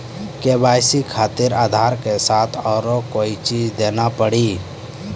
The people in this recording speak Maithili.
के.वाई.सी खातिर आधार के साथ औरों कोई चीज देना पड़ी?